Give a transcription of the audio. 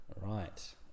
Right